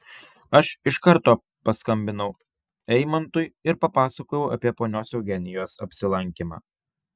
aš iš karto paskambinau eimantui ir papasakojau apie ponios eugenijos apsilankymą